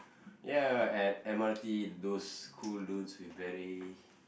ya at M_R_T those cool dudes with beret